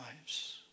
lives